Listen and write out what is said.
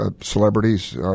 celebrities